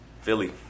Philly